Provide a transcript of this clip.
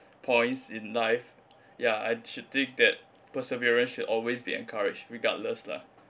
points in life ya I should think that perseverance should always be encouraged regardless lah